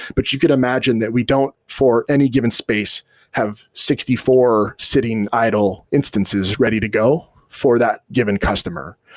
but you could imagine that we don't for any given space have sixty four sitting idle instances ready to go for that given customer,